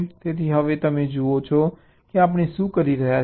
તેથી હવે તમે જુઓ કે આપણે શું કરી રહ્યા છીએ